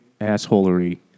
assholery